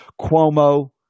cuomo